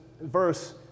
verse